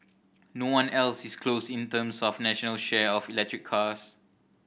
no one else is close in terms of a national share of electric cars